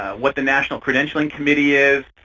what the national credentialing committee is,